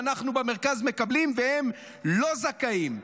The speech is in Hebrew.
אנחנו במרכז מקבלים והם לא זכאים.